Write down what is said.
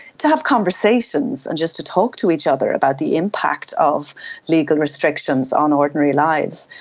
to have conversations and just to talk to each other about the impact of legal restrictions on ordinary lives,